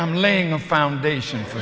i'm laying a foundation for